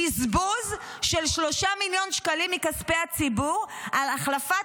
בזבוז של 3 מיליון שקלים מכספי הציבור על החלפת